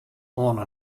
oan